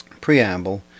preamble